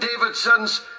Davidson's